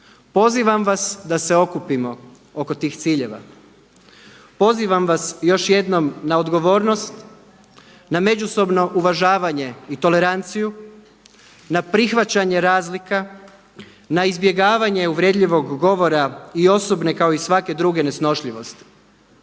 Pozivam vas da se okupimo oko tih ciljeva, pozivam vas još jednom na odgovornost, na međusobno uvažavanje i toleranciju, na prihvaćanje razlika, na izbjegavanje uvredljivog govora i osobne kao i svake druge nesnošljivosti.